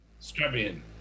Strabian